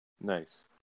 Nice